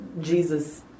Jesus